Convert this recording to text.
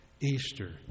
Easter